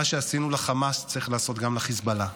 מה שעשינו לחמאס צריך לעשות גם לחיזבאללה.